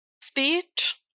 Speech